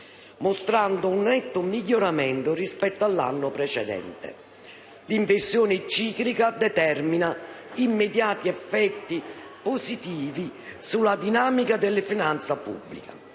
mostrato un netto miglioramento rispetto all'anno precedente. L'inversione ciclica determina immediati effetti positivi sulla dinamica della finanza pubblica.